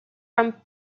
from